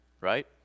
right